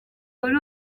kuri